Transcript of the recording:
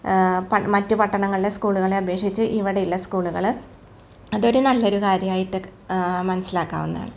മറ്റ് പട്ടണങ്ങളിലെ സ്കൂളുകളെ അപേക്ഷിച്ച് ഇവിടെയുള്ള സ്കൂളുകൾ അതൊരു നല്ലൊരു കാര്യമായിട്ട് മനസ്സിലാക്കാവുന്നതാണ്